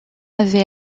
avait